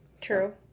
True